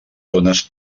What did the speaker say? zones